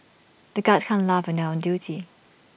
the guards can't laugh when they are on duty